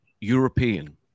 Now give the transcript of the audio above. European